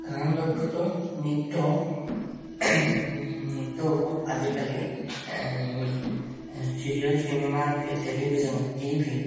কাৰণ দক্ষতা নৃত্য নৃত্য ওপৰত আজিকালি serial cinema television T V